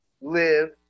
live